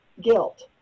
guilt